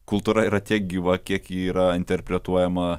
kultūra yra tiek gyva kiek ji yra interpretuojama